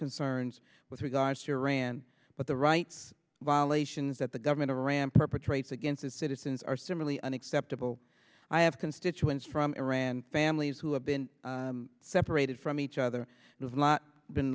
concerns with regards to iran but the rights violations that the government of iran perpetrates against its citizens are similarly unacceptable i have constituents from iran families who have been separated from each other